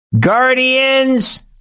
guardians